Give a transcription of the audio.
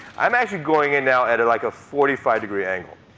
i'm actually going in now at like a forty five degree angle.